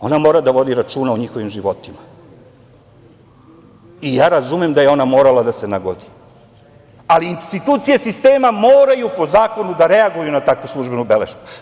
Ona mora da vodi računa o njihovim životima i razumem da je ona morala da se nagodi, ali institucije sistema moraju po zakonu da reaguju na takvu službenu belešku.